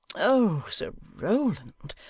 o sir rowland,